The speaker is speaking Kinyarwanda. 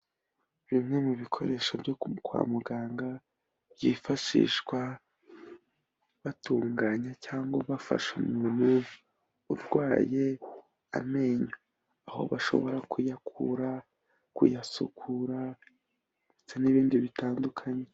Bimwe mu bikoresho byo kwa muganga byifashishwa batunganya cyangwa bafasha umuntu urwaye amenyo, aho bashobora kuyakura, kuyasukura ndetse n'ibindi bitandukanye.